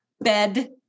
bed